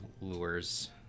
lures